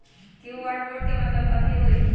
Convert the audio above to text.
QR code के मतलब कथी होई?